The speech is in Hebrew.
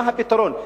מה הפתרון?